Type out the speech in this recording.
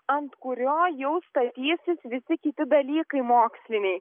ant kurio jau statysis visi kiti dalykai moksliniai